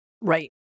Right